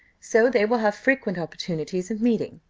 so they will have frequent opportunities of meeting.